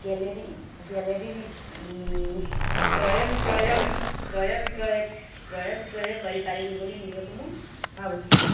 gallery gallery କ୍ରୟ ବିକ୍ରୟ କ୍ରୟ ବିକ୍ରୟ କ୍ରୟ ବିକ୍ରୟ କରିପାରିବି ବୋଲି ନିଜକୁ ମୁଁ ଭାବୁଛି